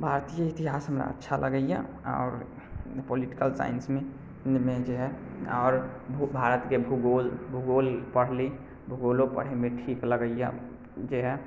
भारतीय इतिहासमे अच्छा लगैए आओर पोलटिकल साइंसमे जे हय आओर भारतके भूगोल भूगोल पढ़ली भूगोलो पढ़ैमे ठीक लगैए जे हय